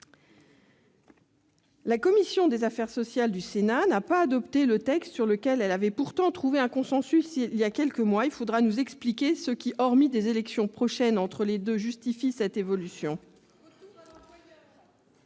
La commission des affaires sociales du Sénat n'a pas adopté le texte sur lequel elle avait pourtant trouvé un consensus il y a quelques semaines. Il faudra nous expliquer ce qui, hormis de prochaines élections, justifie cette évolution.